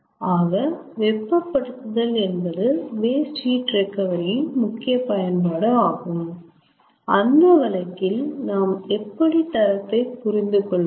ஆக வெப்பப்படுத்துதல் என்பது வேஸ்ட் ஹீட் ரெகவரி இன் முக்கிய பயன்பாடு ஆகும் அந்த வழக்கில் நாம் எப்படி தரத்தை புரிந்துகொள்வது